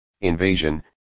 invasion